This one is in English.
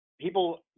people